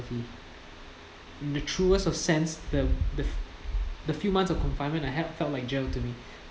in the truest of sense the the few months of confinement I had felt like jail to me